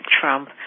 Trump